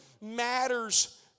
matters